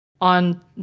on